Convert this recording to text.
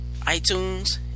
iTunes